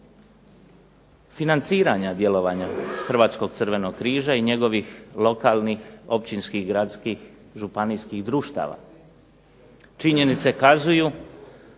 financiranja djelovanja Hrvatskog crvenog križa i njegovih lokalnih, općinskih, gradskih, županijskih društava. Činjenice kazuju